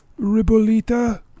Ribolita